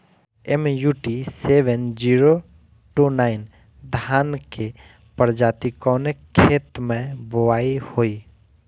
MUT seven zero two nine धान के प्रजाति कवने खेत मै बोआई होई?